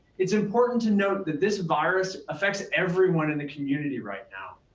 it's important to note that this virus affects everyone in the community right now.